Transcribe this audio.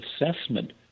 assessment